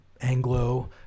Anglo